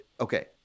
okay